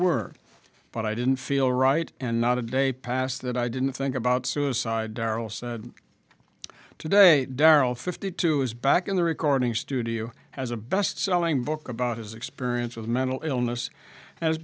were but i didn't feel right and not a day passed that i didn't think about suicide darryl said today darryl fifty two is back in the recording studio as a bestselling book about his experience of mental illness